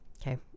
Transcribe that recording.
Okay